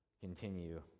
continue